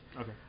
Okay